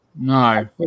No